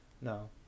No